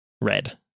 red